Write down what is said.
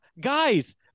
guys